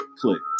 Click